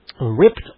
ripped